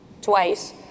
twice